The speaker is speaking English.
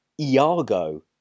Iago